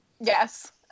Yes